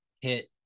hit